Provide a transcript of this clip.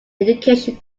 education